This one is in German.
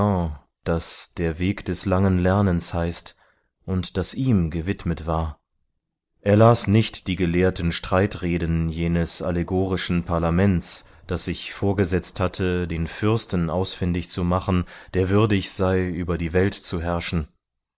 das der weg des langen lernens heißt und das ihm gewidmet war er las nicht die gelehrten streitreden jenes allegorischen parlaments das sich vorgesetzt hatte den fürsten ausfindig zu machen der würdig sei über die welt zu herrschen